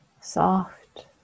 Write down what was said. soft